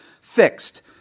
fixed